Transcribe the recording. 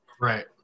Right